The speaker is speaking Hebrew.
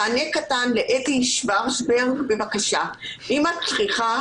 מענה קטן לאתי שוורצברג אם את צריכה.